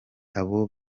abo